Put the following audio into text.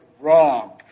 wrong